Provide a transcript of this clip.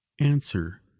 answer